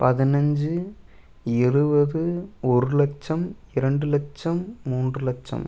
பதினஞ்சு இருபது ஒரு லட்சம் இரண்டு லட்சம் மூன்று லட்சம்